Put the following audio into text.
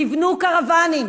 תבנו קרוונים.